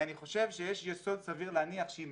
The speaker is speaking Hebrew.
אני חושב שיש יסוד סביר להניח שאם